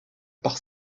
par